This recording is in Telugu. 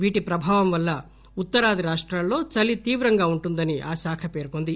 వీటి ప్రభావం వల్ల ఉత్తరాది రాష్టాల్లో చలి తీవ్రంగా ఉంటుందని ఆ శాఖ పెర్కొంది